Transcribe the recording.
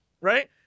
right